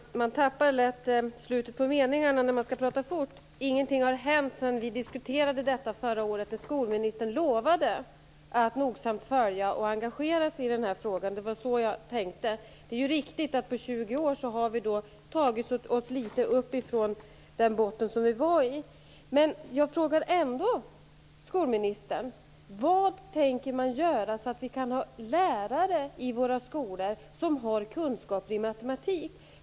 Fru talman! Man tappar lätt slutet på meningarna när man skall prata fort. Ingenting har hänt sedan vi diskuterade detta förra året, då skolministern lovade att nogsamt följa och engagera sig i den här frågan - det var så jag tänkte. Det är riktigt att vi på 20 år litet grand har tagit oss upp från den botten där vi befann oss, men jag frågar ändå skolministern: Vad tänker man göra för att vi skall kunna ha lärare i våra skolor med kunskaper i matematik?